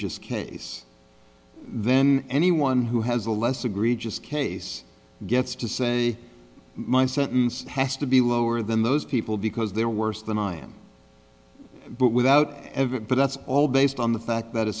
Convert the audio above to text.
egregious case then anyone who has a less egregious case gets to say my sentence has to be lower than those people because they're worse than i am but without but that's all based on the fact that